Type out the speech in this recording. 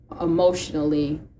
emotionally